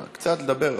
לדבר,